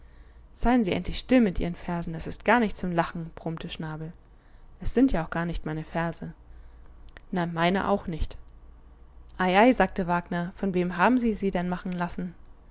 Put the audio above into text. seien sie endlich still mit ihren versen es ist gar nicht zum lachen brummte schnabel es sind ja auch gar nicht meine verse na meine auch nicht ei ei sagte wagner von wem haben sie sie denn machen lassen